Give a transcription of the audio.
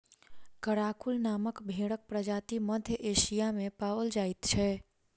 Karakul नामक भेंड़क प्रजाति मध्य एशिया मे पाओल जाइत छै